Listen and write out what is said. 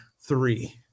Three